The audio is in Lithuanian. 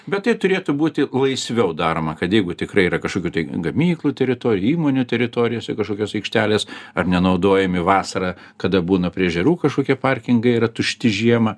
bet tai turėtų būti laisviau daroma kad jeigu tikrai yra kažkokių tai gamyklų teritorijų įmonių teritorijose kažkokios aikštelės ar nenaudojami vasarą kada būna prie ežerų kažkokie parkingai yra tušti žiemą